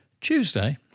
Tuesday